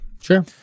Sure